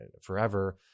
forever